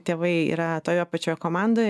tėvai yra toje pačioje komandoje